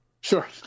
sure